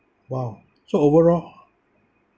!wow! so overall